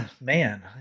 Man